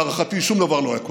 להערכתי שום דבר לא היה קורה.